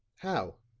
how?